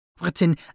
written